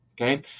okay